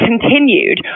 continued